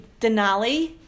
Denali